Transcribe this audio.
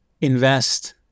invest